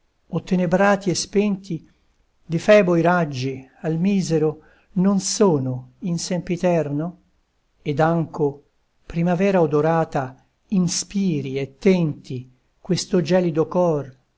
tempo ottenebrati e spenti di febo i raggi al misero non sono in sempiterno ed anco primavera odorata inspiri e tenti questo gelido cor